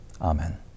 Amen